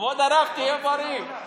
כבוד הרב, תהיה בריא.